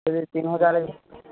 ସେଇ ତିନି ହଜାର